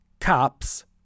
cops